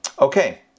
Okay